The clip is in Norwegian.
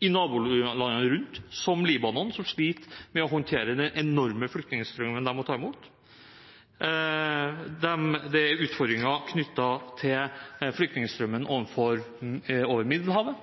i nabolandene rundt – som Libanon, som sliter med å håndtere den enorme flyktningstrømmen de må ta imot. Det er utfordringer knyttet til flyktningstrømmen over Middelhavet.